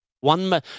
One